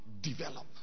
develop